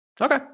Okay